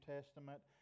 Testament